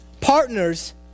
partners